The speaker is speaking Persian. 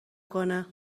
بکنه